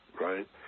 right